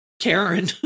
Karen